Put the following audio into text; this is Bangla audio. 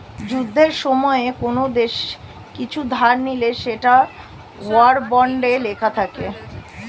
যুদ্ধের সময়ে কোন দেশ কিছু ধার নিলে সেটা ওয়ার বন্ডে লেখা থাকে